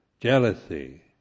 jealousy